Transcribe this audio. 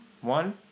One